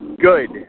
good